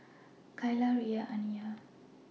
Kaylah Riya and Aniyah